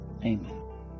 amen